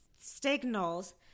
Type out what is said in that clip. signals